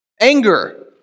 Anger